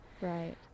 right